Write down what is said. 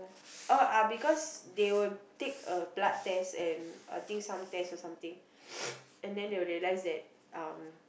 oh ah because they will take a blood test and I think some test or something and they will realise that um